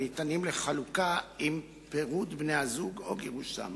הניתנים לחלוקה עם פירוד בני-הזוג או גירושיהם.